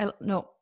No